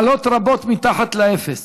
מעלות רבות מתחת לאפס.